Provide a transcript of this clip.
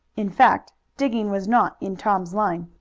in fact, digging was not in tom's line.